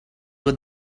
with